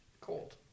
Cold